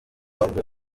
ahubwo